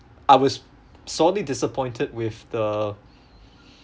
I was sorely disappointed with the